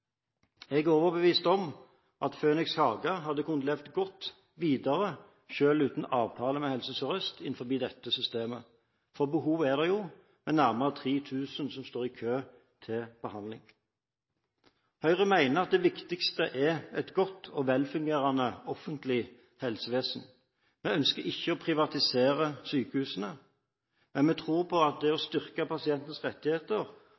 Jeg er overbevist om at Phoenix Haga hadde kunnet leve godt videre – selv uten avtale med Helse Sør-Øst – innenfor dette systemet. For behovet er der jo – med nærmere 3 000 som står i kø for behandling. Høyre mener at det viktigste er et godt og velfungerende offentlig helsevesen. Vi ønsker ikke å privatisere sykehusene. Men vi tror på å styrke pasientens rettigheter og på å